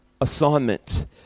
assignment